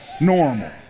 normal